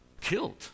killed